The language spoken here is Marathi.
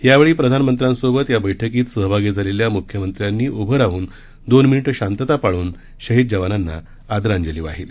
यावेळी प्रधानमंत्र्यांसोबत या बैठकीत सहभागी झालेल्या मुख्यमंत्र्यांनी उभं राहन दोन मिनिट शांतता पाळून शहीद जवानानंना आदरांजली वाहिली